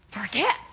forget